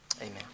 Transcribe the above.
Amen